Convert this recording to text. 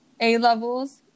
A-levels